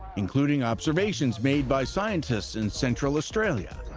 including observations made by scientists in central australia,